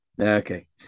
okay